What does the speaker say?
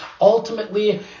Ultimately